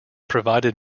provided